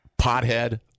pothead